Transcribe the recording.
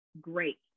great